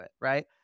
right